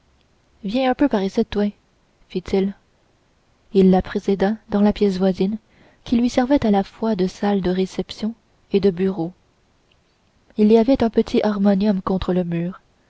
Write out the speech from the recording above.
viens un peu par icitte toué fit-il il la précéda dans la pièce voisine qui lui servait à la fois de salle de réception et de bureau il y avait un petit harmonium contre le mur